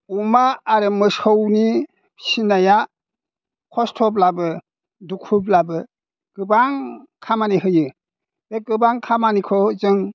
अमा आरो मोसौनि फिसिनाया खस्थ'ब्लाबो दुखुब्लाबो गोबां खामानि होयो बे गोबां खामानिखौ जों